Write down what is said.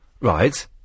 Right